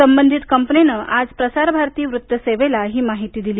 संबंधित कंपनीनं आज प्रसार भारती वृत्त सेवेला ही माहिती दिली